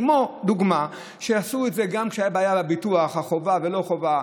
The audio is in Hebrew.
כמו לדוגמה שעשו כשהייתה בעיה של ביטוח חובה ולא חובה,